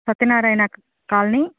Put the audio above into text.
Satyanarayana colony